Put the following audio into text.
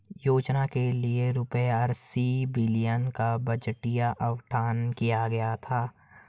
योजना के लिए रूपए अस्सी बिलियन का बजटीय आवंटन किया गया था